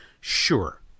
Sure